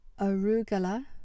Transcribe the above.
Arugula